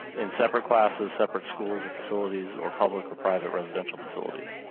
in separate classes separate schools or facilities or public or private residential facilities.